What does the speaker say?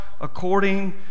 according